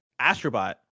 Astrobot